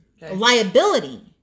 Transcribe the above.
liability